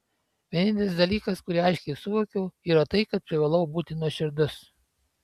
vienintelis dalykas kurį aiškiai suvokiau yra tai kad privalau būti nuoširdus